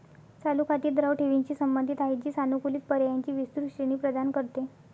चालू खाती द्रव ठेवींशी संबंधित आहेत, जी सानुकूलित पर्यायांची विस्तृत श्रेणी प्रदान करते